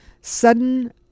sudden